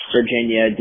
Virginia